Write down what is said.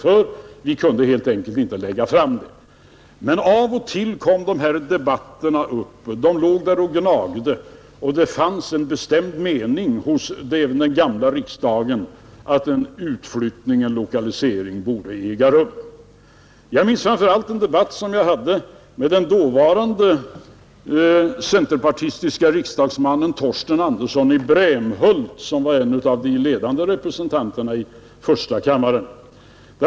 Vi kunde helt enkelt inte lägga fram förslaget. Men av och an kom debatterna upp, de låg där och gnagde, och det fanns en bestämd mening även hos den gamla riksdagen att en utflyttning, en lokalisering, borde äga rum. Jag minns framför allt en debatt som jag hade med den dåvarande centerpartistiske riksdagsmannen Torsten Andersson i Brämhult som var en av de ledande representanterna i första kammaren.